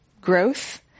growth